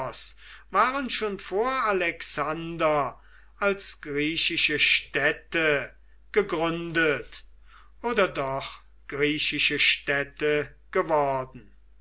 waren schon vor alexander als griechische städte gegründet oder doch griechische städte geworden